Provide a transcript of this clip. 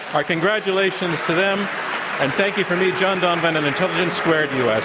our congratulations to them. and thank you from me, john donvan and intelligence squared u. ah